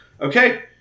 Okay